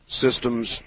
systems